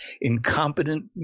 incompetent